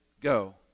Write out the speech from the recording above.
go